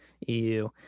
EU